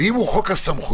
ואם הוא חוק הסמכויות,